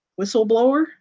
whistleblower